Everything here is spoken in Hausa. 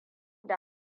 da